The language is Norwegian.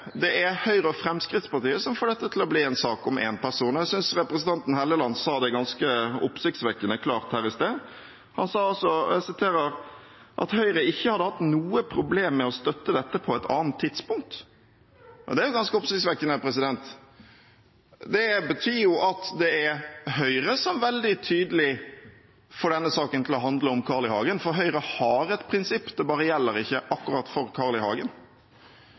det gjør ikke det. Det er Høyre og Fremskrittspartiet som får dette til å bli en sak om én person. Jeg synes representanten Helleland sa det ganske oppsiktsvekkende klart her i sted, han sa at Høyre ikke ville hatt noen problemer med å støtte dette på et annet tidspunkt. Det er ganske oppsiktsvekkende. Det betyr jo at det er Høyre som veldig tydelig får denne saken til å handle om Carl I. Hagen, for Høyre har et prinsipp, det gjelder bare ikke for akkurat Carl I. Hagen.